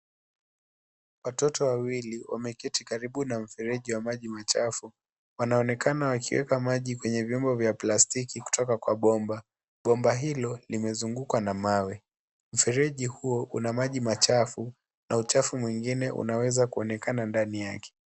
Watoto wawili wameketi karibu na mfereji ya maji machafu. Wanaonekana wakiwa majinkwenye vyombo vya plastiki kutoka Kwa bomba. Bomba hilo limezungukwa na mawe, mfereji huo kuna maji machafu na uchafu mwingine unaweza kuonekana ndani yake.